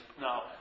no